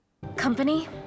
Company